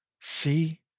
See